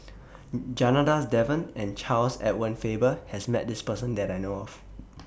Janadas Devan and Charles Edward Faber has Met This Person that I know of